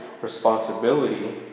responsibility